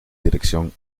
dirección